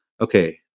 okay